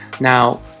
Now